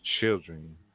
children